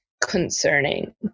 concerning